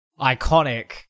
iconic